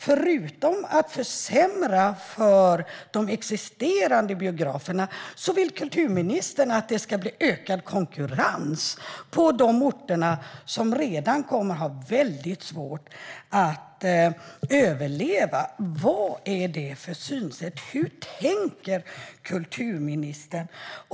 Förutom att försämra för de existerande biograferna vill alltså kulturministern att det ska bli ökad konkurrens på de orter som redan kommer att ha väldigt svårt att överleva. Vad är det för synsätt? Hur tänker kulturministern?